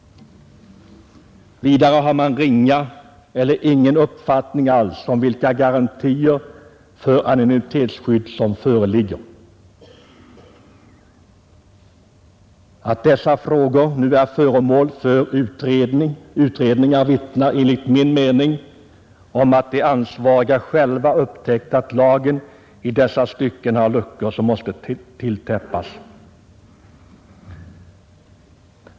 Vidare har man ringa eller ingen uppfattning alls om vilka garantier för anonymitetsskydd som föreligger. Att dessa frågor nu är föremål för utredningar vittnar enligt min mening om att de ansvariga själva upptäckt att lagen i dessa stycken har luckor som måste täppas till.